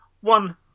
one